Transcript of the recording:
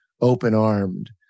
open-armed